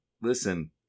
Listen